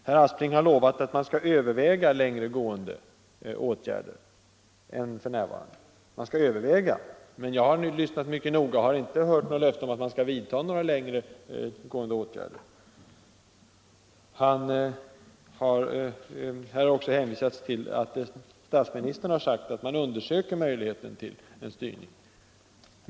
Herr Aspling har lovat att man skall överväga längre gående åtgärder än dem som f. n. är aktuella. Man skall överväga! Jag har lyssnat mycket noga men har inte hört något löfte om att man skall vidta några längre gående åtgärder. Här har också hänvisats till att statsministern har sagt att man undersöker möjligheten till en styrning.